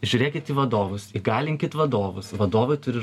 žiūrėkit į vadovus įgalinkit vadovus vadovai turi